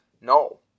No